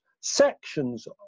sections